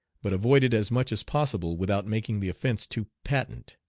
but avoided as much as possible without making the offence too patent.